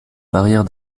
barrière